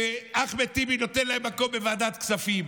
ואחמד טיבי נותן להם מקום בוועדת הכספים,